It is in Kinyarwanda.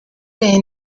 the